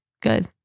good